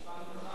נשמע ממך.